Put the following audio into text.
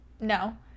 no